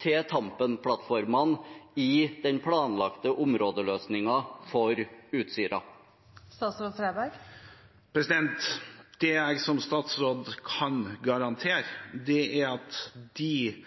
til Tampen-plattformene i den planlagte områdeløsningen for Utsira? Det jeg som statsråd kan garantere, er at de